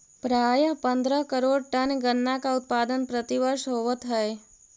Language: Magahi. प्रायः पंद्रह करोड़ टन गन्ना का उत्पादन प्रतिवर्ष होवत है